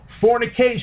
fornication